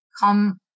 come